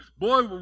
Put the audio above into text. Boy